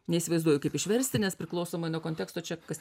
neįsivaizduoju kaip išversti nes priklausomai nuo konteksto čia kas